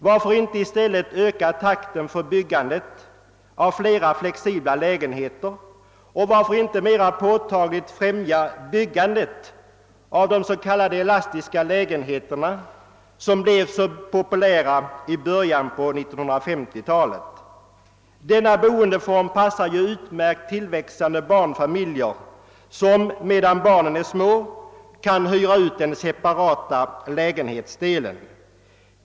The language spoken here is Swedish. Varför inte i stället öka takten för byggandet av flera flexibla lägenheter och varför inte mera påtagligt främja byggandet av de s.k. elastiska lägenheter som blev så populära i början på 1950-talet? Denna boendeform passar ju utmärkt barnfamiljerna som medan barnen är små kan hyra ut den separata lägenhetsdelen.